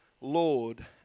Lord